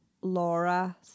Laura